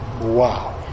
Wow